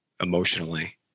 emotionally